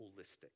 holistic